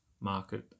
market